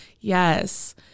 Yes